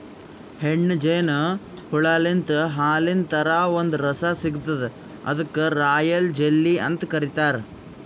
ಹೆಣ್ಣ್ ಜೇನು ಹುಳಾಲಿಂತ್ ಹಾಲಿನ್ ಥರಾ ಒಂದ್ ರಸ ಸಿಗ್ತದ್ ಅದಕ್ಕ್ ರಾಯಲ್ ಜೆಲ್ಲಿ ಅಂತ್ ಕರಿತಾರ್